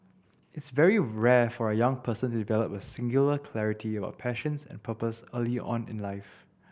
it's very rare for a young person to develop a singular clarity about passions and purpose early on in life